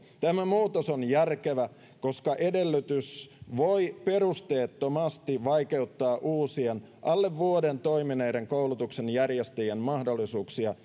tämä muutos on järkevä koska edellytys voi perusteettomasti vaikeuttaa uusien alle vuoden toimineiden koulutuksen järjestäjien mahdollisuuksia